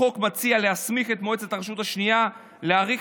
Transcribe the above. החוק מציע להסמיך את מועצת הרשות השנייה להאריך